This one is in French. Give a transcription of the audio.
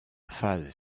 phase